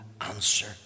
answer